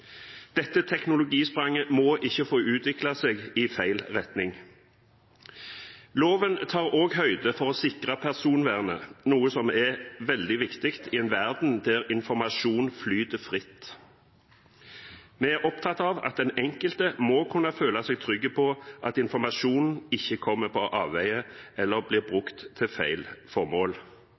Dette teknologispranget må ikke få utvikle seg i feil retning. Loven tar også høyde for å sikre personvernet, noe som er veldig viktig i en verden der informasjon flyter fritt. Vi er opptatt av at den enkelte må kunne føle seg trygg på at informasjon ikke kommer på avveier eller blir brukt til feil formål.